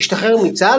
השתחרר מצה"ל,